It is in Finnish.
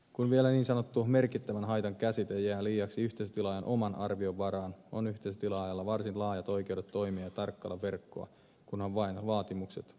kun vielä niin sanottu merkittävän haitan käsite jää liiaksi yhteisötilaajan oman arvion varaan on yhteisötilaajalla varsin laajat oikeudet toimia ja tarkkailla verkkoa kun on vain vaatimukset